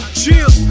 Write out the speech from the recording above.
chill